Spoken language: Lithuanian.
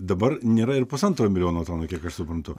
dabar nėra ir pusantro milijono tonų kiek aš suprantu